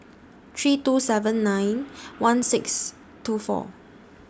three two seven nine one six two four